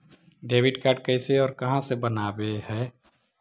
Debit card कैसे और कहां से बनाबे है?